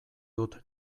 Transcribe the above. dut